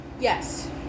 yes